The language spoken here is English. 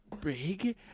big